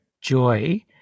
joy